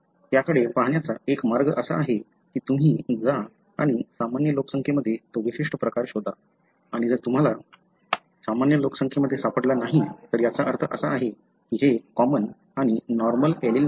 त्याकडे पाहण्याचा एक मार्ग असा आहे की तुम्ही जा आणि सामान्य लोकसंख्येमध्ये तो विशिष्ट प्रकार शोधा आणि जर तुम्हाला सामान्य लोकसंख्येमध्ये सापडला नाही तर याचा अर्थ असा आहे की हे कॉमन आणि नॉर्मल एलील नाही